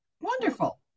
Wonderful